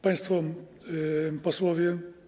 Państwo Posłowie!